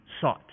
sought